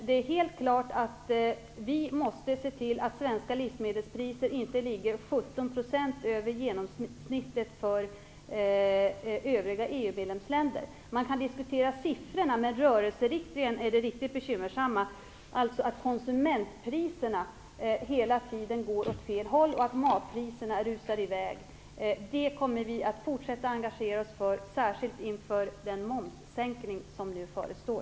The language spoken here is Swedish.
Det är helt klart att vi måste se till att svenska livsmedelspriser inte ligger medlemsländer. Man kan diskutera siffrorna, men rörelseriktningen är det riktigt bekymmersamma. Konsumentpriserna går hela tiden åt fel håll och matpriserna rusar i väg. Det kommer vi att fortsätta engagera oss i, särskilt inför den momssänkning som nu förestår.